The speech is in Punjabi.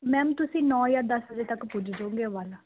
ਮੈਮ ਤੁਸੀਂ ਨੌਂ ਜਾਂ ਦਸ ਵਜੇ ਤੱਕ ਪੁੱਜ ਜਾਓਗੇ ਅੰਬਾਲਾ